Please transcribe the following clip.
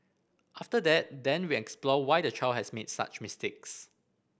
after that then we explore why the child has made such mistakes